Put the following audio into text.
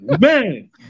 Man